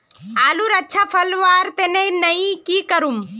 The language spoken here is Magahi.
आलूर अच्छा फलवार तने नई की करूम?